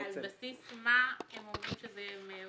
אז על בסיס מה הם אומרים שזה מביא